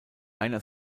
einer